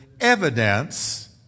evidence